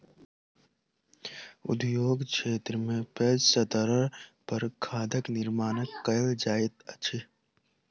उद्योग क्षेत्र में पैघ स्तर पर खादक निर्माण कयल जाइत अछि